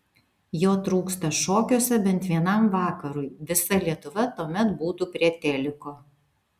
jo trūksta šokiuose bent vienam vakarui visa lietuva tuomet būtų prie teliko